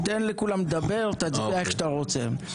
תן לכולם לדבר, תצביע איך שאתה רוצה.